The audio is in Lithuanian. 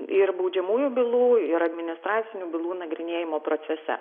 ir baudžiamųjų bylų ir administracinių bylų nagrinėjimo procese